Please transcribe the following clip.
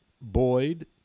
Boyd